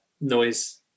noise